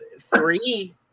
three